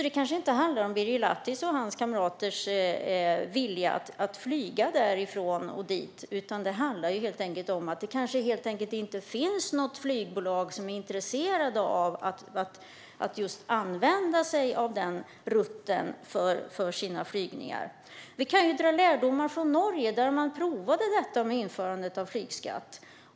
Det kanske inte handlar om Birger Lahtis och hans kamraters vilja att flyga därifrån och dit, utan det handlar om att det kanske helt enkelt inte finns något flygbolag som är intresserat av att använda sig av den rutten för sina flygningar. Vi kan dra lärdomar från Norge, där man har provat införandet av flygskatt.